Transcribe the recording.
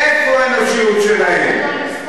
איפה האנושיות שלכם לאנשים שלכם?